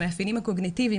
המאפיינים הקוגניטיביים,